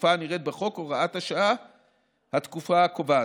תקופה הנקראת בחוק הוראת השעה "התקופה הקובעת".